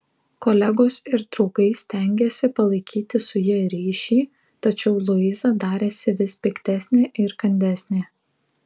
kolegos ir draugai stengėsi palaikyti su ja ryšį tačiau luiza darėsi vis piktesnė ir kandesnė